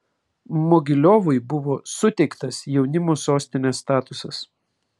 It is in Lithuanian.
mogiliovui buvo suteiktas jaunimo sostinės statusas